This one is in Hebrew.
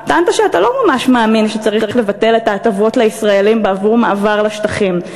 טענת שאתה לא מאמין שצריך לבטל את ההטבות לישראלים בעבור מעבר לשטחים?